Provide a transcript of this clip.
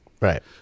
Right